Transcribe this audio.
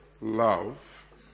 love